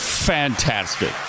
fantastic